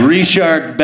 Richard